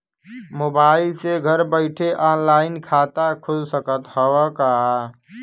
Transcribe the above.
Mobile से घर बैठे ऑनलाइन खाता खुल सकत हव का?